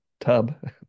tub